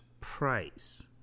price